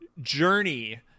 journey